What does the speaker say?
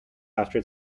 after